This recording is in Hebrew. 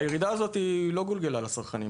הירידה הזאת לא גולגלה לצרכנים.